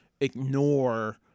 ignore